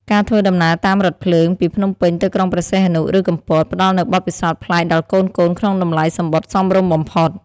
ការធ្វើដំណើរតាមរថភ្លើងពីភ្នំពេញទៅក្រុងព្រះសីហនុ ឬកំពត ផ្តល់នូវបទពិសោធន៍ប្លែកដល់កូនៗក្នុងតម្លៃសំបុត្រសមរម្យបំផុត។